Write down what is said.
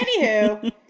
Anywho